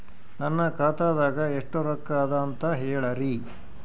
ನನ್ನ ಖಾತಾದಾಗ ಎಷ್ಟ ರೊಕ್ಕ ಅದ ಅಂತ ಹೇಳರಿ?